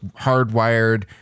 hardwired